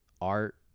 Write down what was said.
art